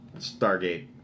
Stargate